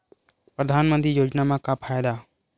परधानमंतरी योजना म का फायदा?